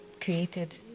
created